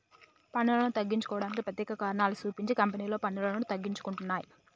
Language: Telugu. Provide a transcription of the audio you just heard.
పన్నులను తగ్గించుకోవడానికి ప్రత్యేక కారణాలు సూపించి కంపెనీలు పన్నులను తగ్గించుకుంటున్నయ్